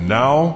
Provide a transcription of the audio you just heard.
now